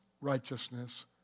righteousness